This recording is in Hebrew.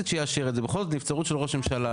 שיאשר את זה בכל זאת נבצרות של ראש הממשלה.